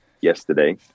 yesterday